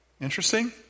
Interesting